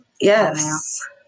Yes